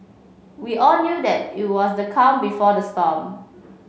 we all knew that it was the calm before the storm